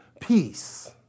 Peace